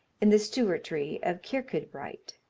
in the stewartry of kirkeudbright.